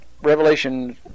Revelation